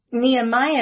nehemiah